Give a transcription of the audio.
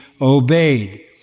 obeyed